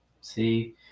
see